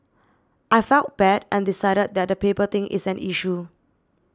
I felt bad and decided that the paper thing is an issue